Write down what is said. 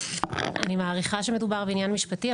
אני מעריכה שמדובר בעניין משפטי,